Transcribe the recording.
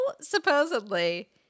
supposedly